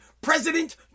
President